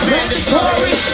Mandatory